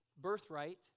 birthright